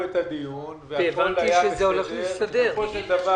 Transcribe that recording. הבנתי שזה הולך להסתדר.